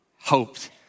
hoped